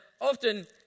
often